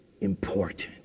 important